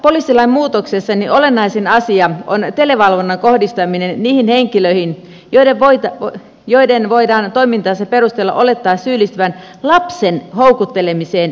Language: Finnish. tässä poliisilain muutoksessa olennaisin asia on televalvonnan kohdistaminen niihin henkilöihin joiden voidaan toimintansa perusteella olettaa syyllistyvän lapsen houkuttelemiseen seksuaaliseen tarkoitukseen